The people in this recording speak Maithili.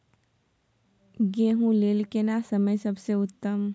गेहूँ लेल केना समय सबसे उत्तम?